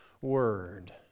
Word